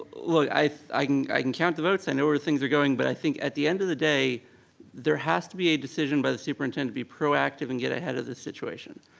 look, i can i can count the votes and know where things are going, but i think at the end of the day there has to be a decision by the superintendent to be proactive and get ahead of the situation.